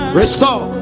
restore